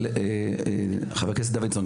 אבל חבר הכנסת דוידסון,